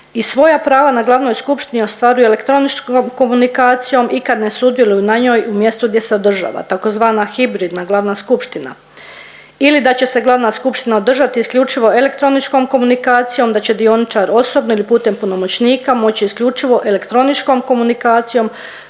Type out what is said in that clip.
i svoja prava na glavnoj skupštini ostvaruju elektroničkom komunikacijom i kad ne sudjeluju na njoj, u mjesto gdje se održava tzv. hibridna glavna skupština ili da će se glavna skupština održati isključivo elektroničkom komunikacijom, da će dioničar osobno ili putem punomoćnika moći isključivo elektroničkom komunikacijom